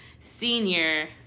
senior